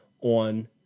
on